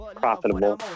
profitable